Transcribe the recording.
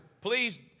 please